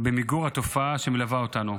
במיגור התופעה שמלווה אותנו.